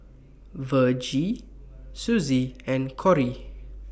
Virgie Suzy and Kory